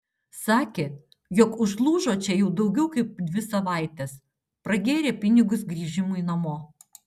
sakė jog užlūžo čia jau daugiau kaip dvi savaites pragėrė pinigus grįžimui namo